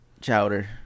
Chowder